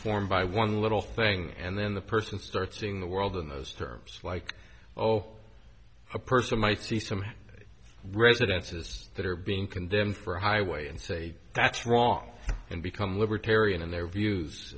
formed by one little thing and then the person starts seeing the world in those terms like oh a person might see some residences that are being condemned for highway and say that's wrong and become libertarian in their views